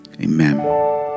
Amen